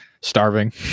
Starving